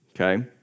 Okay